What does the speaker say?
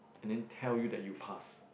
and then tell you that you passed